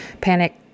Panic